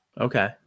Okay